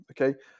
okay